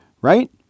right